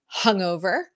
hungover